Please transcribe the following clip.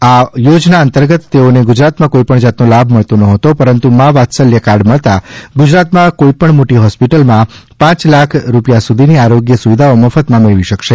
આ થોજના અંતર્ગત તેઓને ગુજરાતમાં કોઇપણ જાતનો લાભ મળતો નહોતો પરંતુ મા વાત્સલ્ય કાર્ડ મળતા ગુજરાતમાં કોઇપણ મોટી પોસ્પિટલમાં પાંચ સાખ રૂપિથા સુધીની આરોગ્ય સુવિધાઓ મફતમાં મેળવી શકશે